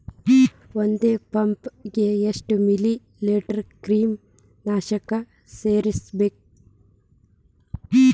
ಒಂದ್ ಪಂಪ್ ಗೆ ಎಷ್ಟ್ ಮಿಲಿ ಲೇಟರ್ ಕ್ರಿಮಿ ನಾಶಕ ಸೇರಸ್ಬೇಕ್?